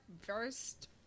first